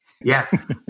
Yes